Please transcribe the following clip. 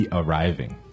arriving